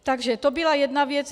Takže to byla jedna věc.